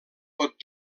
pot